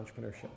entrepreneurship